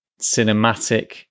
cinematic